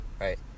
Right